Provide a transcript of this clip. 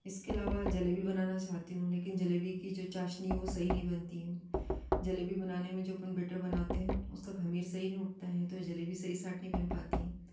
इसके अलावा जलेबी बनाना चाहती हूँ लेकिन जलेबी की जो चाशनी है वो सही नहीं बनती है जलेबी बनाने में जो अपन बेटर बनाते हैं उसका ख़मीर सही नहीं उठता हैं तो जलेबी सही साट नहीं बन पाती है